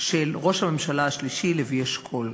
של ראש הממשלה השלישי, לוי אשכול.